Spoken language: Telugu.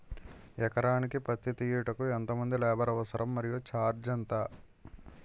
ఎకరానికి పత్తి తీయుటకు ఎంత మంది లేబర్ అవసరం? మరియు ఛార్జ్ ఎంత?